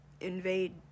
Invade